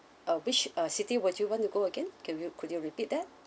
uh which uh city were you want to go again can you could you repeat that